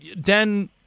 dan